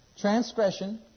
transgression